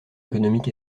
économique